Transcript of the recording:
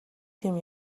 тийм